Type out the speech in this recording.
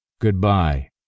Goodbye